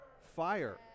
fire